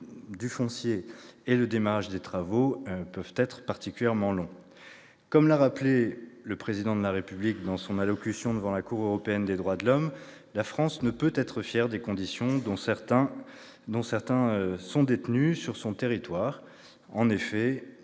du foncier et le démarrage des travaux peuvent être particulièrement longs. Comme l'a rappelé le Président de la République dans son allocution devant la Cour européenne des droits de l'homme, « la France ne peut être fière des conditions dans lesquelles certains sont détenus sur son territoire. » En effet,